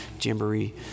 jamboree